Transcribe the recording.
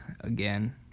again